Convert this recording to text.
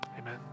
Amen